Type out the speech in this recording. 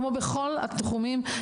כמו בכל התחומים,